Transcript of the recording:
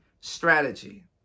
Strategy